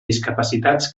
discapacitats